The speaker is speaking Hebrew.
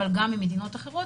אבל גם ממדינות אחרות,